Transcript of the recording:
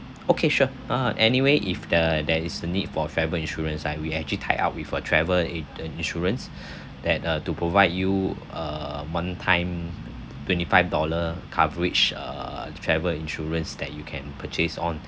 okay sure ah anyway if the there is a need for travel insurance right we actually tied up with a travel in~ in~ insurance that uh to provide you a one time twenty five dollar coverage err travel insurance that you can purchase on